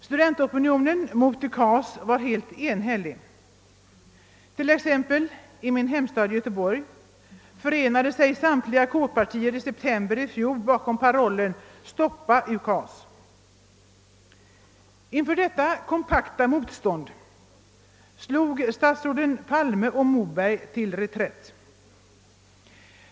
Studentopinionen mot UKAS var enhällig, och exempelvis i min hemstad Göteborg förenade sig samtliga kårpartier i fjol bakom parollen: Stoppa UKAS! : Inför detta kompakta motstånd slog statsråden Palme och Moberg till re trätt.